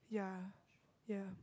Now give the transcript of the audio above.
yeah yeah